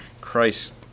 Christ